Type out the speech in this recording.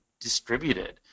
distributed